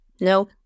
No